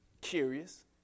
curious